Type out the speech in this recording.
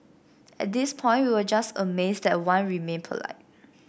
at this point we are just amazed that Wan remained polite